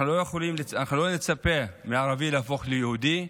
אנחנו לא נצפה מערבי להפוך ליהודי,